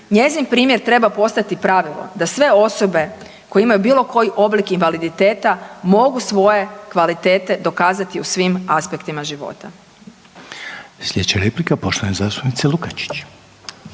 Njezin primjer treba postati pravilo da sve osobe koje imaju bilo koji oblik invaliditeta mogu svoje kvalitete dokazati u svim aspektima života. **Reiner, Željko (HDZ)** Slijedeća replika poštovane zastupnice Lukačić.